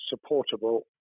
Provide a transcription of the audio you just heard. supportable